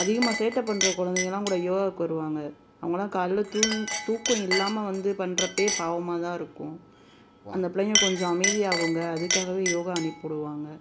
அதிகமாக சேட்டை பண்ணுற குழந்தைங்கள்லாங்கூட யோகாவுக்கு வருவாங்க அவங்கள்லாம் காலையில் தூங்கி தூக்கம் இல்லாமல் வந்து பண்ணுறப்பயே பாவமாக தான் இருக்கும் அந்த பிள்ளைங்கள் கொஞ்சம் அமைதியாகுங்க அதுக்காகவே யோகா அனுப்பிவிடுவாங்க